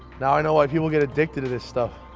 now i know why people get addicted to this stuff.